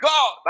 God